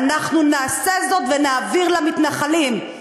אנחנו נעשה זאת ונעביר למתנחלים.